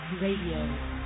Radio